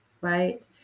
right